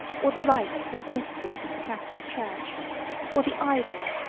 or the rites and mysteries of the catholic church or the idols,